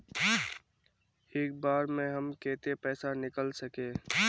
एक बार में हम केते पैसा निकल सके?